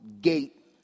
gate